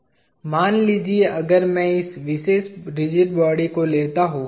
मान लीजिए अगर मैं इस विशेष रिजिड बॉडी को लेता हूं